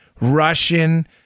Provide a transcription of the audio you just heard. Russian